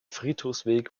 friedhofsweg